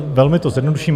Velmi to zjednoduším.